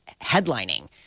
headlining